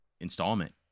installment